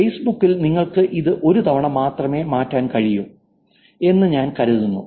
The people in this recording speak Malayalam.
ഫേസ്ബുക്കിൽ നിങ്ങൾക്ക് ഇത് ഒരു തവണ മാത്രമേ മാറ്റാൻ കഴിയൂ എന്ന് ഞാൻ കരുതുന്നു